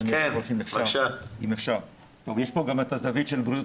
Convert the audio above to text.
מן הסתם יש פה גם את הזווית של בריאות